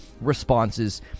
responses